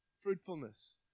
fruitfulness